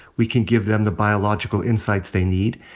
we can give them the biological insights they need.